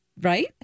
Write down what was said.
right